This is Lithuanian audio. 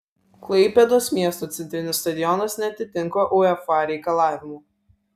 klaipėdos miesto centrinis stadionas neatitinka uefa reikalavimų